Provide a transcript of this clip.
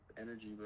energy